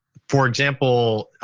for example,